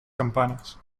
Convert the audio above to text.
campanas